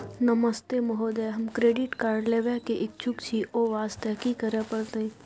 नमस्ते महोदय, हम credit card लेबे के इच्छुक छि ओ वास्ते की करै परतै?